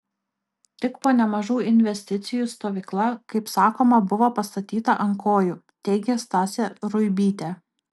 tik po nemažų investicijų stovykla kaip sakoma buvo pastatyta ant kojų teigė stasė ruibytė